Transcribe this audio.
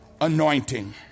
anointing